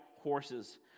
horses